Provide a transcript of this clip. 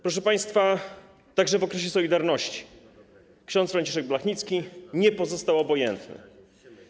Proszę państwa, także w okresie „Solidarności” ks. Franciszek Blachnicki nie pozostał obojętny.